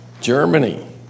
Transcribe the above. Germany